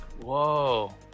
Whoa